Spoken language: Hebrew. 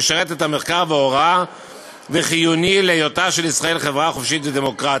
משרת את המחקר וההוראה וחיוני להיותה של ישראל חברה חופשית ודמוקרטית.